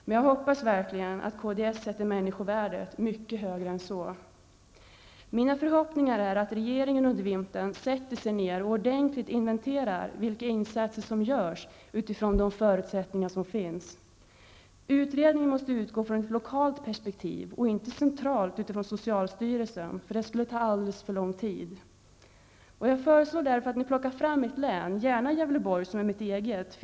Men jag hoppas verkligen att kds sätter människovärdet mycket högre än så. Mina förhoppningar är att regeringen under vintern sätter sig ner och ordentligt inventerar vilka insatser som görs utifrån de förusättningar som finns. Utredningen måste utgå från ett lokalt perspektiv och inte ett centralt utifrån socialstyrelsen. Det skulle ta alldeles för lång tid. Jag föreslår därför att regeringen plockar fram ett län, gärna Gävleborg som är mitt eget.